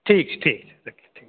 ठीक छै ठीक छै रखियो ठीक